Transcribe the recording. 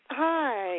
hi